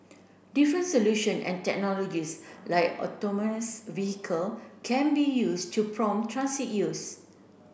different solution and technologies like autonomous vehicle can be used to transit use